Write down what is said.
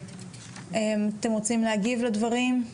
אתם רוצים להגיב לדברים?